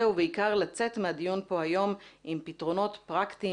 ובעיקר לצאת מהדיון פה היום עם פתרונות פרקטיים